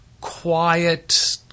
quiet